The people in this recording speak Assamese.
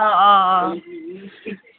অঁ অঁ অঁ